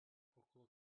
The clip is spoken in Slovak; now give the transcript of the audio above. okolo